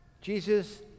Jesus